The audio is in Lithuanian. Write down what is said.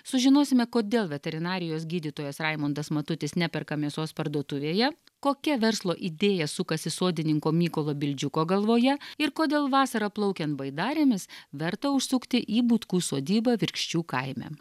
sužinosime kodėl veterinarijos gydytojas raimundas matutis neperka mėsos parduotuvėje kokia verslo idėja sukasi sodininko mykolo bildžiuko galvoje ir kodėl vasarą plaukiant baidarėmis verta užsukti į butkų sodybą virkščių kaime